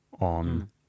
on